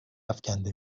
افکنده